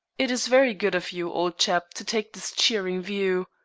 it is very good of you, old chap, to take this cheering view.